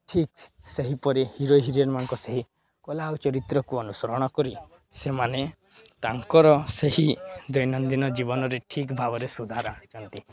ଠିକ୍ ସେହିପରି ହିରୋ ହିରୋଇନ୍ମାନଙ୍କ ସେହି କଳା ଆଉ ଚରିତ୍ରକୁ ଅନୁସରଣ କରି ସେମାନେ ତାଙ୍କର ସେହି ଦୈନନ୍ଦିନ ଜୀବନରେ ଠିକ୍ ଭାବରେ ସୁଧାର ଆଣିଛନ୍ତି